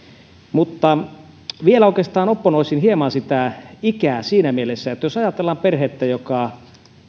vielä oikeastaan opponoisin hieman sitä ikää siinä mielessä että jos ajatellaan perhettä joka silloin